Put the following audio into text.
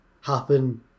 happen